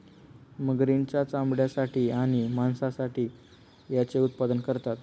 मगरींच्या चामड्यासाठी आणि मांसासाठी याचे उत्पादन करतात